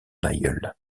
aïeul